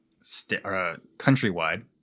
Countrywide